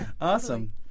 Awesome